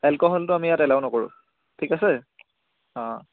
এলকহলটো আমি ইয়াত এলাও নকৰোঁ ঠিক আছে অঁ